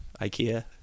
IKEA